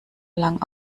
lang